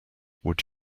would